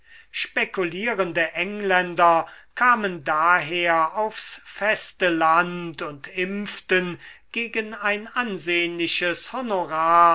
spekulierende engländer kamen daher aufs feste land und impften gegen ein ansehnliches honorar